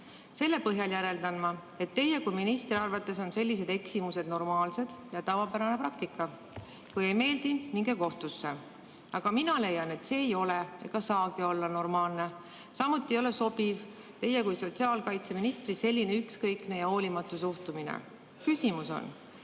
Selle põhjal järeldan ma, et teie kui ministri arvates on sellised eksimused normaalsed ja see on tavapärane praktika. Kui ei meeldi, minge kohtusse! Aga mina leian, et see ei ole ega saagi olla normaalne. Samuti ei ole sobiv teie kui sotsiaalkaitseministri selline ükskõikne ja hoolimatu suhtumine. Mida